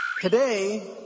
Today